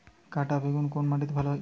কাঁটা বেগুন কোন মাটিতে ভালো হয়?